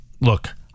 Look